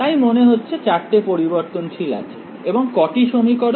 তাই মনে হচ্ছে চারটে পরিবর্তনশীল আছে এবং কটি সমীকরণ